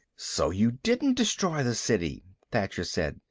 so you didn't destroy the city, thacher said.